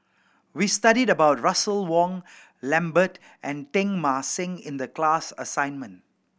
we studied about Russel Wong Lambert and Teng Mah Seng in the class assignment